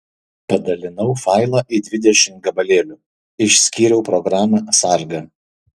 padalinau failą į dvidešimt gabalėlių išskyriau programą sargą